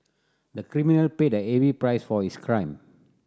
the criminal paid a heavy price for his crime